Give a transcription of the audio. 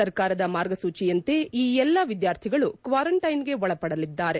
ಸರ್ಕಾರದ ಮಾರ್ಗಸೂಚಿಯಂತೆ ಈ ಎಲ್ಲಾ ವಿದ್ಯಾರ್ಥಿಗಳು ಕ್ವಾರಂಟೈನ್ಗೆ ಒಳಪಡಲಿದ್ದಾರೆ